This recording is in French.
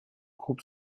groupe